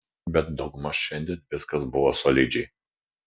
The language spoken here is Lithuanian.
bet daugmaž šiandien viskas buvo solidžiai